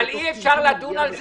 אבל אי-אפשר לדון על זה,